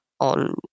on